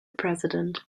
president